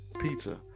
pizza